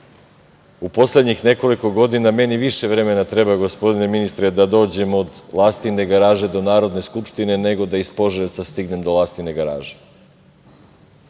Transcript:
u poslednjih nekoliko godina meni više vremena treba, gospodine ministre, da dođem od Lastine garaže do Narodne skupštine, nego da iz Požarevca stignem do Lastine garaže.